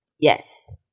Yes